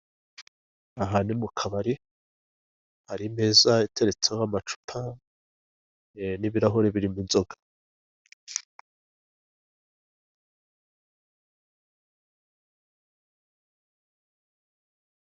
Aha ni mu kabari hari imeza iteretseho amacupa n'ibirahure birimo inzoga.